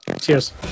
cheers